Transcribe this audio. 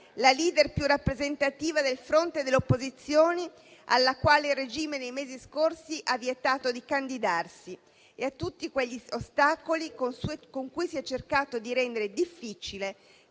la *leader* più rappresentativa del fronte delle opposizioni, alla quale il regime nei mesi scorsi ha vietato di candidarsi, e a tutti quegli ostacoli con cui si è cercato di rendere difficile,